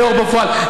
היו"ר בפועל,